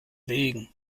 wegen